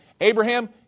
Abraham